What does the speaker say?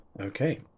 Okay